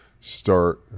start